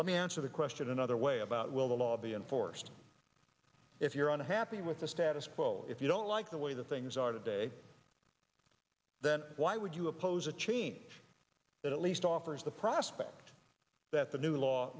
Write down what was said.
let me answer the question another way about will the law be enforced if you're unhappy with the status quo if you don't like the way that things are today then why would you oppose a change that at least offers the prospect that the new law